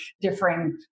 differing